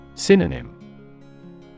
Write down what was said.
Synonym